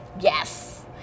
yes